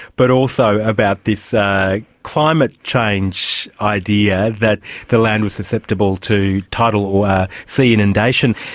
but also about this ah climate change idea that the land was susceptible to tidal um ah sea inundation.